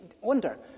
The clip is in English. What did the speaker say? Wonder